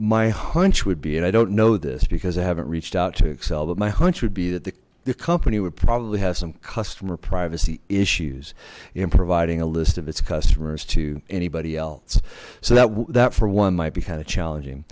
my hunch would be and i don't know this because i haven't reached out to excel but my hunch would be that the company would probably have some customer privacy issues in providing a list of its customers to anybody else so that that for one might be kind of challenging